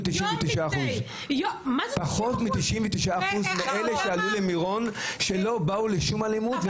99% מאלה שבאו למירון לא באו לשום אלימות.